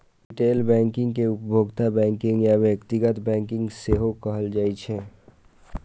retail banking कें उपभोक्ता banking या व्यक्तिगत बैंकिंग सेहो कहल जाइ छै